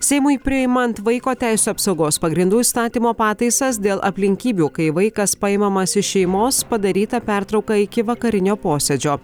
seimui priimant vaiko teisių apsaugos pagrindų įstatymo pataisas dėl aplinkybių kai vaikas paimamas iš šeimos padaryta pertrauka iki vakarinio posėdžio